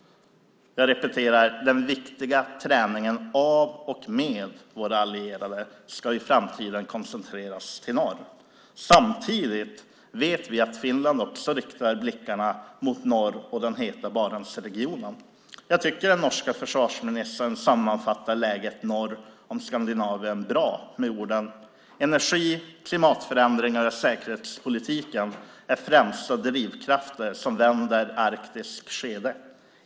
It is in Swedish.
Jag repeterar: Den viktiga träningen av och med våra allierade ska i framtiden koncentreras till norr. Samtidigt vet vi att Finland också riktar blickarna mot norr och den heta Barentsregionen. Jag tycker att den norska försvarsministern sammanfattar läget norr om Skandinavien bra med orden: Energi, klimatförändringar och säkerhetspolitiken är de främsta drivkrafterna som vänder Arktis skede.